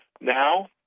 Now